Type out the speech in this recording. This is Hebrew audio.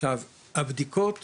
עכשיו, הבדיקות